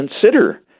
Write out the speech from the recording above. consider